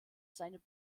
seiner